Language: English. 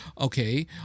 okay